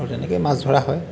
আৰু তেনেকৈয়ে মাছ ধৰা হয়